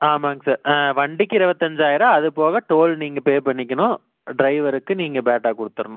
ஆமாங்க சார் ஆ வண்டிக்கு இருபத்தஞ்சாயிரம் அது போக டோல் நீங்கள் பே பண்ணிக்கணும் ட்ரைவருக்கு நீங்கள் பேட்டா கொடுத்துறணும்